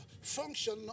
function